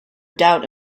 doubt